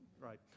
right